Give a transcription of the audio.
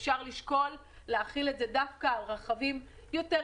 אפשר לשקול להחיל את זה דווקא על רכבים יותר ישנים,